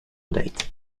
date